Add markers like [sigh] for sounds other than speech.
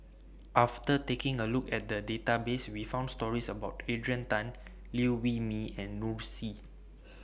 after taking A Look At The Database We found stories about Adrian Tan Liew Wee Mee and Noor Si [noise]